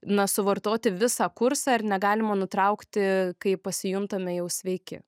na suvartoti visą kursą ir negalima nutraukti kai pasijuntame jau sveiki